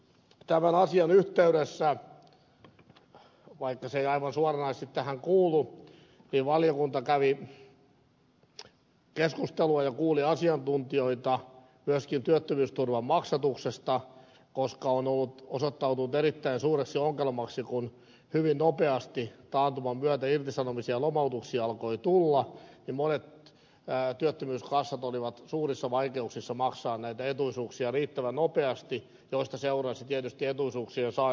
tämän asian yhteydessä vaikka se ei aivan suoranaisesti tähän kuulu valiokunta kävi keskustelua ja kuuli asiantuntijoita myöskin työttömyysturvan maksatuksesta koska on osoittautunut erittäin suureksi ongelmaksi se että hyvin nopeasti taantuman myötä irtisanomisia ja lomautuksia alkoi tulla ja monilla työttömyyskassoilla oli suuria vaikeuksia maksaa näitä etuisuuksia riittävän nopeasti mistä seurasi tietysti etuisuuksien saajille toimeentulo ongelmia